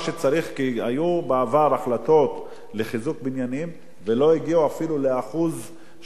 כי היו בעבר החלטות לחיזוק בניינים ולא הגיעו אפילו לאחוז שאפשר,